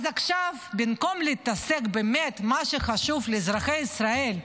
אז עכשיו, במקום להתעסק במה שחשוב לאזרחי ישראל,